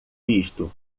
visto